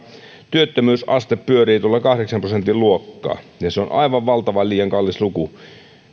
työttömyysaste pyörii tuolla kahdeksan prosentin luokassa ja se on aivan valtavan liian kallis luku